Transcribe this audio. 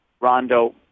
Rondo